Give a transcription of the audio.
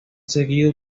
seguido